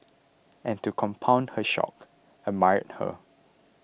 and to compound her shock admired her